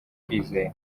kwizera